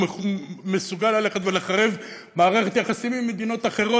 הוא מסוגל ללכת ולחרב מערכת יחסים עם מדינות אחרות.